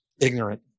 ignorant